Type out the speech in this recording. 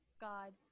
God